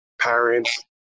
parents